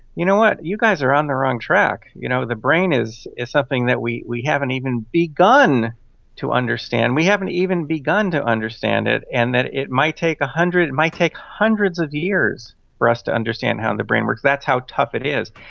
you know what, you guys are on the wrong track. you know the brain is is something that we we haven't even begun to understand. we haven't even begun to understand it, and it might take one hundred, it might take hundreds of years for us to understand how and the brain works, that's how tough it is.